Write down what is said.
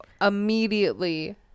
immediately